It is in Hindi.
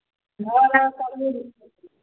घर है